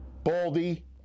Baldy